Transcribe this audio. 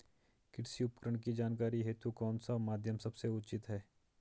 कृषि उपकरण की जानकारी हेतु कौन सा माध्यम सबसे उचित है?